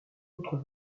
autres